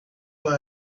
why